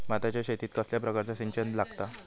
भाताच्या शेतीक कसल्या प्रकारचा सिंचन लागता?